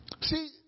See